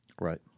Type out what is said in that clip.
Right